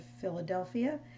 Philadelphia